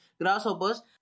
grasshoppers